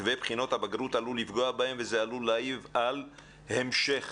מתווה בחינות הבגרות עלול לפגוע בהם וזה עלול להעיב על המשך